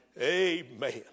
amen